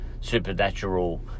supernatural